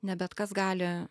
ne bet kas gali